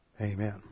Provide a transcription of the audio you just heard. Amen